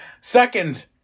Second